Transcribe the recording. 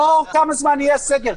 לא כמה זמן יהיה הסגר,